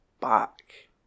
Back